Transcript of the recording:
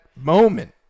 moment